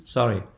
Sorry